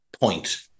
point